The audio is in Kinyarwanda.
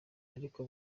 ariko